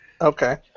Okay